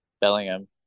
Bellingham